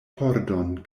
pordon